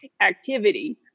activity